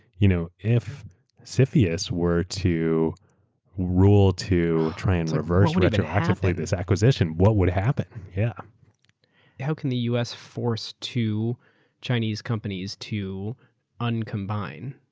you know if cfius were to rule to try and reverse retroactively this acquisition, what would happen? yeah how can the us force two chinese companies to uncombine?